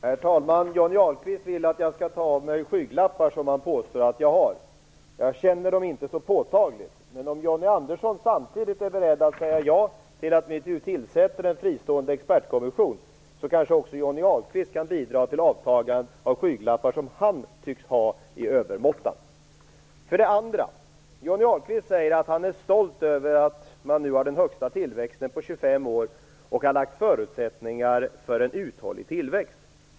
Herr talman! Johnny Ahlqvist vill att jag skall ta av mig skygglappar, som han påstår att jag har. Jag känner dem inte så påtagligt. Om Johnny Ahlqvist är beredd att säga ja till att tillsätta en fristående expertkommission kanske också Johnny Ahlqvist kan bidra till avtagandet av skygglappar, som han tycks ha i övermåtta. Det är det första. För det andra säger Johnny Ahlqvist att han är stolt över att man nu har den högsta tillväxten på 25 år och skapat förutsättningar för en uthållig tillväxt.